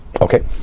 Okay